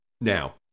Now